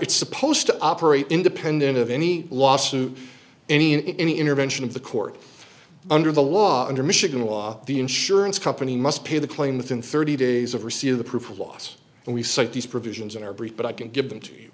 it's supposed to operate independent of any lawsuit any in any intervention of the court under the law under michigan law the insurance company must pay the claim with in thirty days of receive the proof of loss and we cite these provisions in our brief but i can give them to you